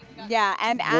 yeah, and and